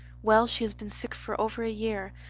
well, she has been sick for over a year,